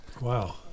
Wow